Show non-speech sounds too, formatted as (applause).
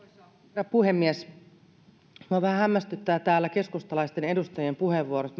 herra puhemies minua vähän hämmästyttää keskustalaisten edustajien puheenvuorot (unintelligible)